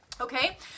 Okay